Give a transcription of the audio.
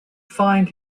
find